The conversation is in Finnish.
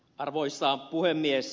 arvoisa puhemies